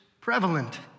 prevalent